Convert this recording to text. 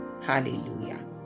Hallelujah